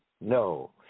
No